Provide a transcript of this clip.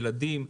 ילדים,